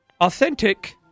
Authentic